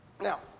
Now